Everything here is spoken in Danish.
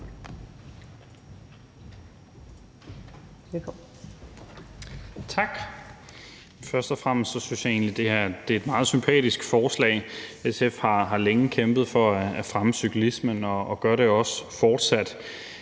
Tak. Først og fremmest synes jeg egentlig, at det her er et meget sympatisk forslag. SF har længe kæmpet for at fremme cyklismen og gør det fortsat.